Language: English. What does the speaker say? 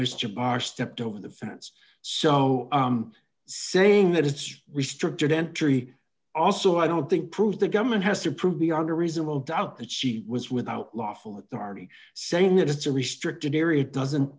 mr parr stepped over the fence so saying that it's restricted entry also i don't think proves the government has to prove beyond a reasonable doubt that she was without lawful authority saying that it's a restricted area doesn't